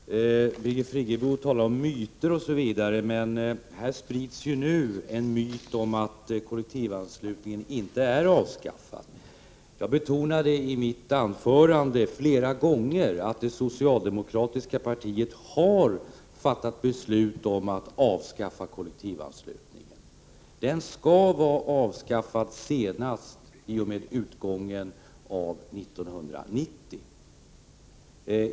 Fru talman! Birgit Friggebo talade om myter. Men här sprids ju nu en myt omatt kollektivanslutningen inte är avskaffad. Jag betonade i mitt anförande flera gånger att det socialdemokratiska partiet har fattat beslut om att avskaffa kollektivanslutningen — den skall vara avskaffad senast vid utgången av 1990.